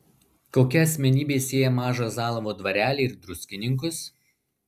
kokia asmenybė sieja mažą zalavo dvarelį ir druskininkus